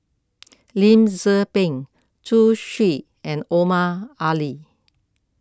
Lim Tze Peng Zhu Xu and Omar Ali